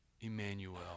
Emmanuel